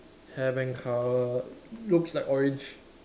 hair band colour looks like orange